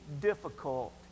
difficult